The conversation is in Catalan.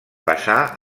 passà